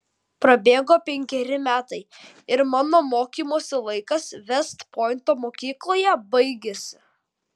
prabėgo penkeri metai ir mano mokymosi laikas vest pointo mokykloje baigėsi